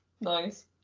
nice